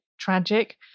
tragic